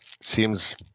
seems